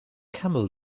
camel